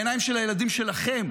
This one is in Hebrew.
בעיניים של הילדים שלכם,